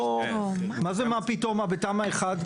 מה זה, מה פתאום, מה בתמ"א 1?